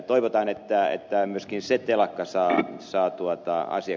toivotaan että myöskin se telakka saa asiakkuuksia